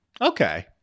okay